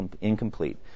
incomplete